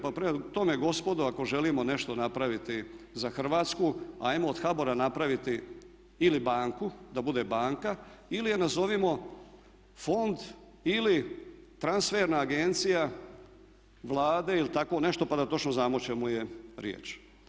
Pa prema tome gospodo ako želimo nešto napraviti za Hrvatsku ajmo od HBOR-a napraviti ili banku, da bude banka ili je nazovimo fond ili transferna agencija Vlade ili tako nešto pa da točno znamo o čemu je riječ.